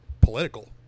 political